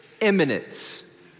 eminence